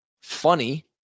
Funny